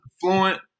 fluent